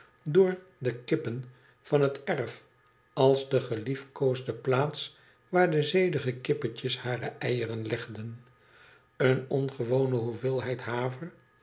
door de kippen van het erf als de geliefkoosde plaats waar de zedige kippetjes hare eieren legden eene ongewone hoeveelheid